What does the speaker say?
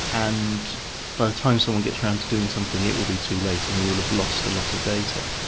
and by the time someone gets round to doing something it will be too late and we will have lost a lot of data.